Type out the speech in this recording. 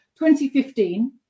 2015